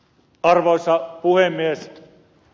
arvoisa puhemies